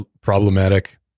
problematic